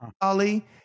Ali